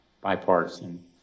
bipartisan